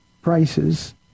Prices